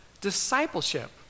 discipleship